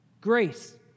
Grace